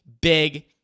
big